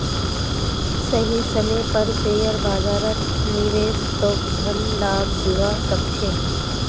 सही समय पर शेयर बाजारत निवेश तोक धन लाभ दिवा सके छे